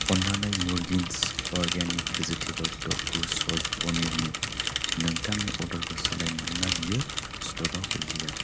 अन्नानै मुरगिन्स organic vegetable तफु सय पनिरनि नोंथांनि अर्डारखौ सोलाय मानोना बेयो स्टकआव गैलिया